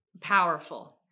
powerful